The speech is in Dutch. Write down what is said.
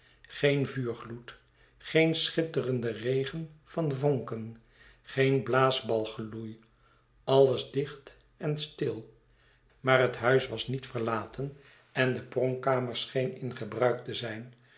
geen vuurgloed geen schitterende regen van vonken geen blaasbalggeloei alles dicht en stil maar het huis was niet verlaten en de pronkkamer scheen in gebruik te zijn